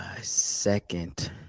second